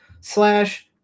slash